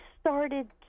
started